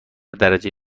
درجه